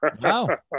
Wow